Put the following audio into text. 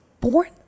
born